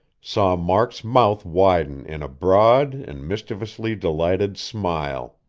saw mark's mouth widen in a broad and mischievously delighted smile.